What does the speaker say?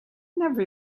never